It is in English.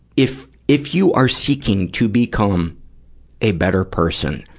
if if you are seeking to become a better person,